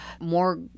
More